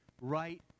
right